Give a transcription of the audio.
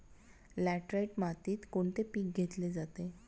Laterite मातीत कोणते पीक घेतले जाते?